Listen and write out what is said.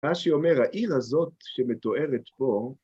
רש"י אומר, העיר הזאת שמתוארת פה,